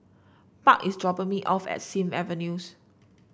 Buck is dropping me off at Sim Avenues